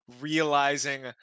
realizing